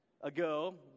ago